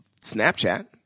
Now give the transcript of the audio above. Snapchat